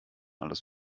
alles